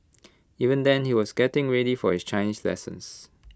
even then he was getting ready for his Chinese lessons